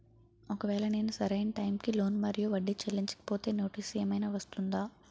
ఒకవేళ నేను సరి అయినా టైం కి లోన్ మరియు వడ్డీ చెల్లించకపోతే నోటీసు ఏమైనా వస్తుందా?